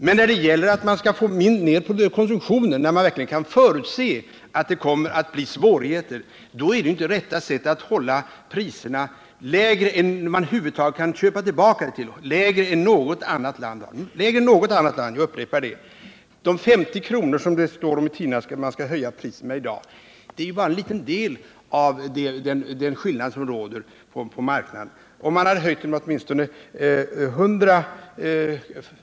Men när det gäller att få ned konsumtionen och man kan förutse att det kommer att uppstå svårigheter, är det inte riktigt att ha priser som är lägre än dem till vilka man över huvud taget kan köpa ny olja, lägre än något annat lands priser — jag upprepar detta. De 50 kr., som man enligt dagens tidningar skall höja priserna med, är ju bara en liten del av den rådande skillnaden på marknaden. Hade man höjt priserna med åtminstone 100 kr.